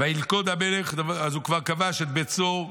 וילכוד המלך" הוא כבר כבש את בית צור,